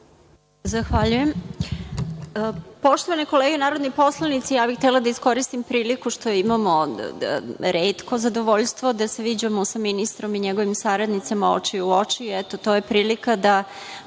Zahvaljujem. Poštovane kolege narodni poslanici, htela bih da iskoristim priliku što imamo retko zadovoljstvo da se viđamo sa ministrom i njegovim saradnicima oči u oči